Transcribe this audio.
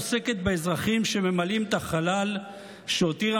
עוסקת באזרחים שממלאים את החלל שהותירה